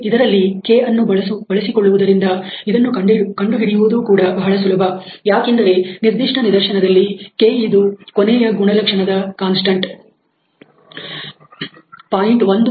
ಇದರಲ್ಲಿ K ಅನ್ನು ಬಳಸಿಕೊಳ್ಳುವುದರಿಂದ ಇದನ್ನು ಕಂಡು ಹಿಡಿಯುವುದು ಕೂಡ ಬಹಳ ಸುಲಭಯಾಕೆಂದರೆ ನಿರ್ದಿಷ್ಟ ನಿದರ್ಶನದಲ್ಲಿ 'K' ಇದು ಕೊನೆಯ ಗುಣಲಕ್ಷಣದ ಕಾನ್ಸ್ಟಂಟ್ ಆಗಿದೆ 0